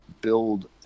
build